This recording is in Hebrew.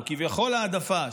או כביכול העדפה,